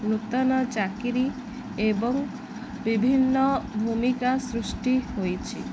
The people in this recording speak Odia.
ନୂତନ ଚାକିରୀ ଏବଂ ବିଭିନ୍ନ ଭୂମିକା ସୃଷ୍ଟି ହୋଇଛି